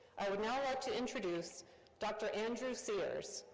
i would now like to introduce dr. andrew sears,